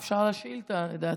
אפשר שאילתה, לדעתי.